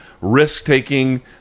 risk-taking